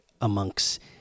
amongst